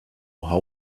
how